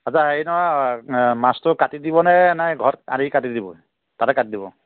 আচ্চা হেৰি নহয় মাছটো কাটি দিব নে নাই ঘৰত আনি কাটি দিব তাতে কাটি দিব